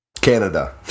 Canada